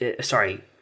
sorry